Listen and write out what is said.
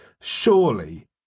Surely